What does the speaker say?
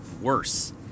worse